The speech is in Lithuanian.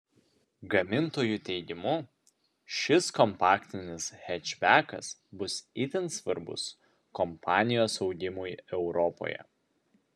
gamintojų teigimu šis kompaktinis hečbekas bus itin svarbus kompanijos augimui europoje